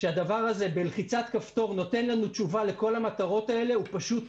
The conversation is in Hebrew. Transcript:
שהדבר הזה בלחיצת כפתור נותן לנו תשובה לכל המטרות האלה פשוט טועה.